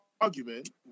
argument